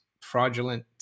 fraudulent